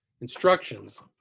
instructions